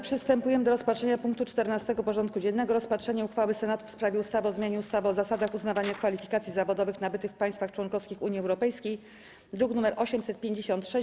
Przystępujemy do rozpatrzenia punktu 14. porządku dziennego: Rozpatrzenie uchwały Senatu w sprawie ustawy o zmianie ustawy o zasadach uznawania kwalifikacji zawodowych nabytych w państwach członkowskich Unii Europejskiej (druk nr 856)